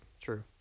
True